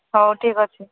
ହଉ ଠିକ୍ ଅଛି